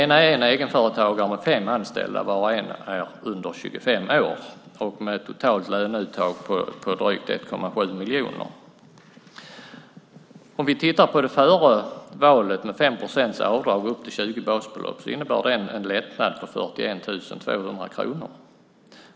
Det ena är en egenföretagare med fem anställda, varav en är under 25 år, med ett totalt löneuttag på drygt 1,7 miljoner. Om vi tittar på det hela före valet med 5 procents avdrag upp till 20 basbelopp innebär det en lättnad på 41 200 kronor.